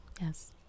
yes